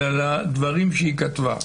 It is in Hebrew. אלא לדברים שהיא כתבה.